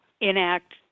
enact